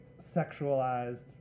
sexualized